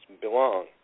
belong